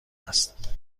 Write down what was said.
است